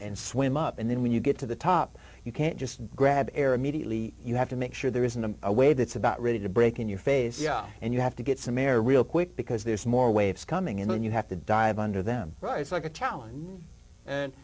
swim up and then when you get to the top you can't just grab air immediately you have to make sure there isn't a way that's about ready to break in your face yeah and you have to get some air real quick because there's more waves coming in and you have to dive under them right it's like a challenge